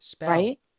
Right